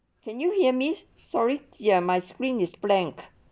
can you hear me sorry ya my screen is blank